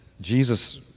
Jesus